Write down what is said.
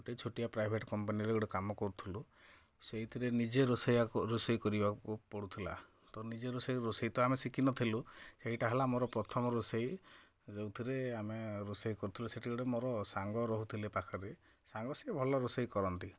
ଗୋଟେ ଛୋଟିଆ ପ୍ରାଇଭେଟ କମ୍ପାନୀରେ ଗୋଟେ କାମ କରୁଥିଲୁ ସେଇଥିରେ ନିଜେ ରୋଷେଇଆ ରୋଷେଇ କରିବାକୁ ପଡ଼ୁଥିଲା ତ ନିଜେ ରୋଷେଇ ରୋଷେଇ ତ ଆମେ ଶିଖି ନ ଥେଲୁ ସେଇଟା ହେଲା ମୋର ପ୍ରଥମ ରୋଷେଇ ଯେଉଁଥିରେ ଆମେ ରୋଷେଇ କରୁଥିଲୁ ସେଇଠି ଗୋଟେ ମୋର ସାଙ୍ଗ ରହୁଥିଲେ ପାଖରେ ସାଙ୍ଗ ସିଏ ଭଲ ରୋଷେଇ କରନ୍ତି